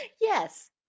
Yes